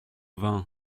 vin